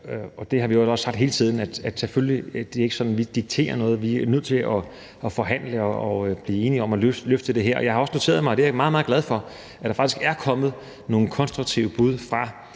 Det har vi i øvrigt også sagt hele tiden, at det selvfølgelig ikke er sådan, at vi dikterer noget, men at vi er nødt til at forhandle om det og blive enige om at løfte det her. Jeg har også noteret mig – og det er jeg meget, meget glad for – at der faktisk er kommet nogle konstruktive bud fra